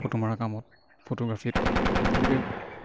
photo মৰা কামত ফটোগ্ৰাফীত গতিকে